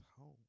home